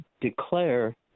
declare